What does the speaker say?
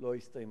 לא הסתיימה.